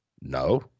No